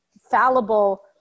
fallible